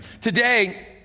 Today